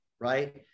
right